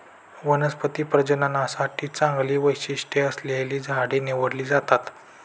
वनस्पती प्रजननासाठी चांगली वैशिष्ट्ये असलेली झाडे निवडली जातात